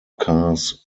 cars